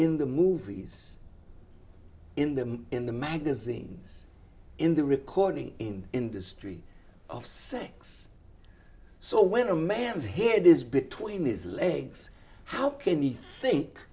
in the movies in them in the magazines in the recording in industry of sex so when a man's head is between his legs how can you think